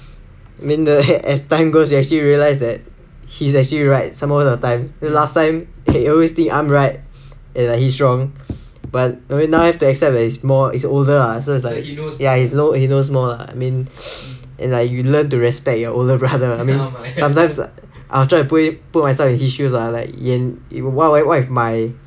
I mean as time goes we actually realize that he's actually right some more the time last time he always think I'm right and like he's wrong but I mean now have to accept that he is more he is older lah so it's like he knows he knows more lah I mean and like you learn to respect your older brother sometimes I'll try to put in put myself in his shoes lah like in it what what what if my